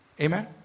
Amen